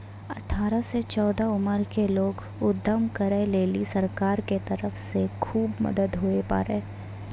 अठारह से चौसठ उमर के लोग उद्यम करै लेली सरकार के तरफ से खुब मदद हुवै पारै